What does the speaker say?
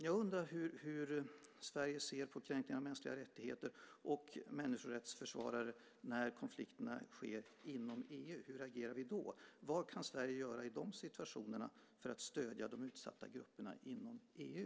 Jag undrar hur Sverige ser på kränkning av mänskliga rättigheter och människorättsförsvarare när konflikterna sker inom EU. Hur agerar vi då? Vad kan Sverige göra i de situationerna för att stödja de utsatta grupperna inom EU?